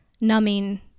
numbing